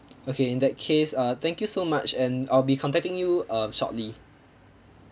okay in that case uh thank you so much and I'll be contacting you uh shortly